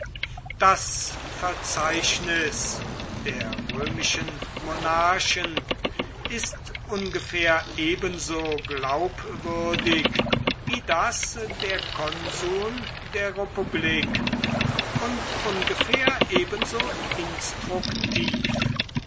das verzeichnis der römischen monarchen ist ungefähr ebenso glaubwürdig wie das der konsuln der republik und ungefähr ebenso instruktiv